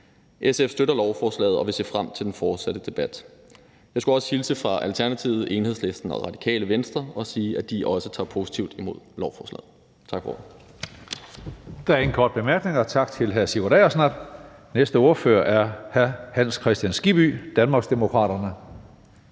SF støtter lovforslaget, og vil se frem til den fortsatte debat. Jeg skulle også hilse fra Alternativet, Enhedslisten og Radikale Venstre og sige, at de også tager positivt imod lovforslaget. Tak for